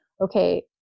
okay